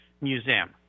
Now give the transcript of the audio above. museum